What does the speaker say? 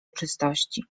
czystości